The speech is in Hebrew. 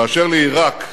באשר לעירק,